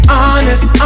honest